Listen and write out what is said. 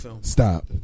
Stop